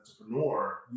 entrepreneur